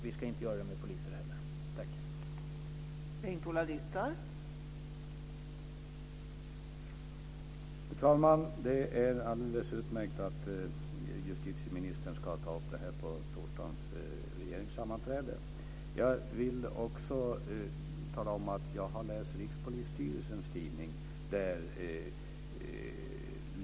Vi ska inte göra det med poliser heller.